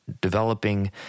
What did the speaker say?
developing